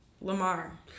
Lamar